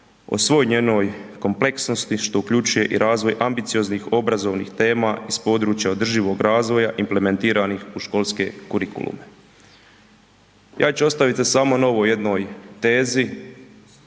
o svoj njenoj kompleksnosti što uključuje i razvoj ambicioznih obrazovnih tema iz područja održivog razvoja implementiranih u školske kurikulume. Ja ću ostaviti se samo novoj jednoj tezi